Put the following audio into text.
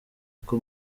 uko